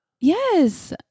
Yes